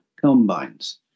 Combines